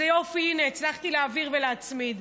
יופי, הינה, הצלחתי להעביר ולהצמיד.